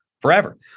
forever